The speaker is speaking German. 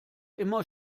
immer